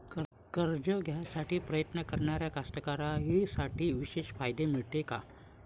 कर्ज घ्यासाठी प्रयत्न करणाऱ्या कास्तकाराइसाठी विशेष फायदे मिळते का?